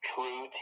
True